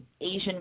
Asian